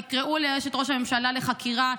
תקראו לאשת ראש הממשלה לחקירה,